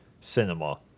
cinema